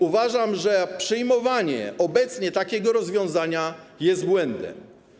Uważam, że przyjmowanie obecnie takiego rozwiązania jest błędem.